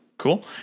Cool